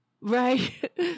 right